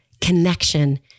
connection